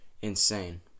insane